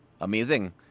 amazing